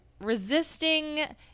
resisting